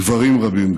גם גברים רבים,